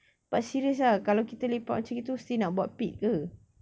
but serious ah kalau kita lepak macam gitu still nak buat pit ke